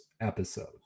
episode